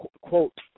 quote